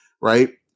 right